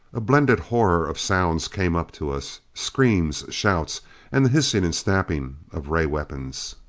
a blended horror of sounds came up to us. screams, shouts and the hissing and snapping of ray weapons.